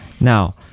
Now